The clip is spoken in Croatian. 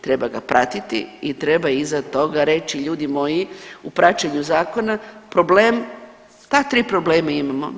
Treba ga pratiti i treba iza toga reći ljudi moji u praćenju zakona problem, ta tri problema imamo.